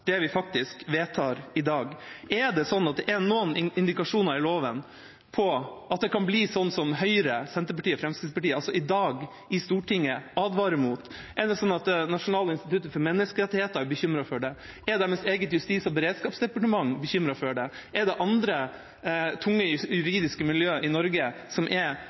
det er noen indikasjoner i loven på at det kan bli slik som Høyre, Senterpartiet og Fremskrittspartiet i dag i Stortinget advarer mot? Er det slik at Norges institusjon for menneskerettigheter er bekymret for det? Er deres eget justis- og beredskapsdepartement bekymret for det? Er det andre tunge juridiske miljø i Norge som er